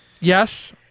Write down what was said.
Yes